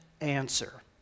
answer